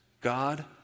God